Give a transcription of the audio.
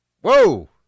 whoa